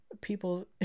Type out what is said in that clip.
people